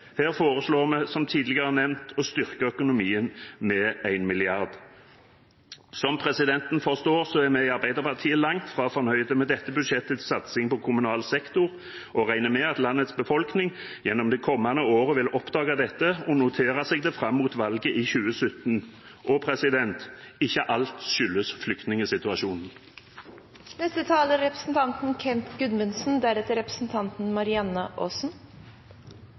Her foreslår vi, som tidligere nevnt, å styrke økonomien med 1 mrd. kr. Som presidenten forstår, er vi i Arbeiderpartiet langt fra fornøyd med dette budsjettets satsing på kommunal sektor og regner med at landets befolkning gjennom det kommende året vil oppdage dette og notere seg det fram mot valget i 2017. Ikke alt skyldes flyktningsituasjonen. Selv om vi går inn i en tid hvor det er